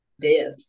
death